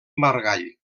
margall